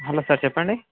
hello sir చెప్పండి